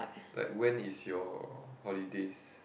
like when is your holidays